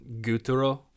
Guturo